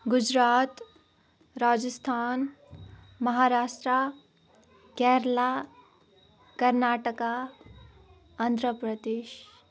Gujarat Rajasthan Maharashtra Kerala Karnataka Andhra Pradesh